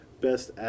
best